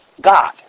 God